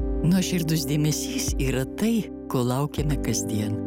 nuoširdus dėmesys yra tai ko laukiame kasdien